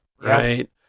right